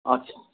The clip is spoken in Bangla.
আচ্ছা